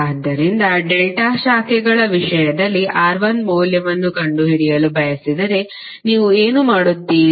ಆದ್ದರಿಂದ ಡೆಲ್ಟಾ ಶಾಖೆಗಳ ವಿಷಯದಲ್ಲಿ R1 ಮೌಲ್ಯವನ್ನು ಕಂಡುಹಿಡಿಯಲು ಬಯಸಿದರೆ ನೀವು ಏನು ಮಾಡುತ್ತೀರಿ